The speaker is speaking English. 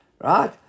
Right